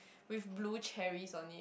with blue cherries on it